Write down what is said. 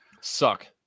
Suck